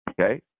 Okay